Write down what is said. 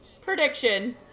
Prediction